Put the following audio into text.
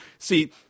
See